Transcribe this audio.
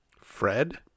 Fred